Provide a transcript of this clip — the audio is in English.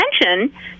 attention